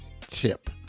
tip